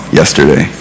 yesterday